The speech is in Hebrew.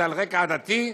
זה על רקע עדתי,